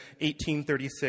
1836